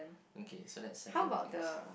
okay so that's seven things